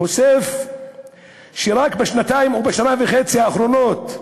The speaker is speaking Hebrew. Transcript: חושף שרק בשנתיים, או בשנה וחצי האחרונות,